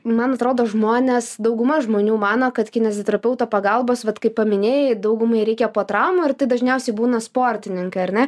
man atrodo žmonės dauguma žmonių mano kad kineziterapeuto pagalbos vat kai paminėjai daugumai reikia po traumų ir tai dažniausiai būna sportininkai ar ne